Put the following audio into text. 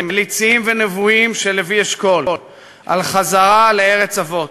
מליציים ונבואיים של לוי אשכול על חזרה לארץ אבות,